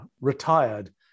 retired